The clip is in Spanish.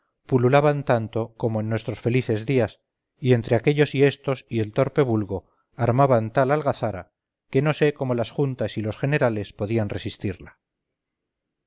dios pululaban tanto como en nuestros felices días y entre aquellos y estos y el torpe vulgo armaban tal algazara que no sé cómo las juntas y los generales podían resistirla